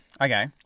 Okay